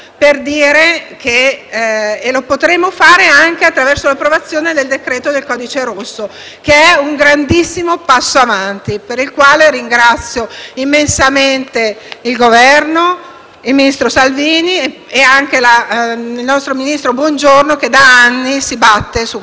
anche attraverso l'approvazione del provvedimento cosiddetto "Codice rosso", che costituisce un grandissimo passo avanti, per il quale ringrazio immensamente il Governo, il ministro Salvini e anche il nostro ministro Bongiorno, che da anni si batte su questi temi.